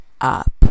up